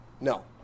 No